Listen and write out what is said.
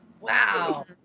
Wow